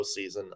postseason